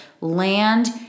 land